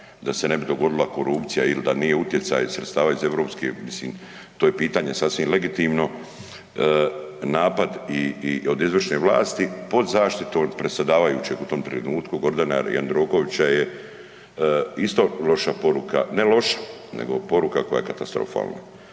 da se ne bi dogodila korupcija ili da nije utjecaj sredstava iz europske, mislim to je pitanje sasvim legitimno, napad i od izvršne vlasti pod zaštitom predsjedavajućeg u tom trenutku Gordana Jandrokovića je isto loša poruka, ne loša nego poruka koja je katastrofalna.